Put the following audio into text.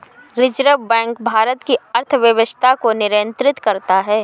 reserve bank Bharat की अर्थव्यवस्था को नियन्त्रित करता है